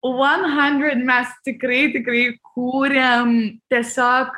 vuon handrid mes tikrai tikrai kūrėm tiesiog